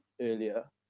earlier